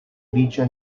riĉa